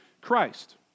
Christ